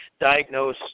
diagnose